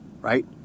right